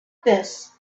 this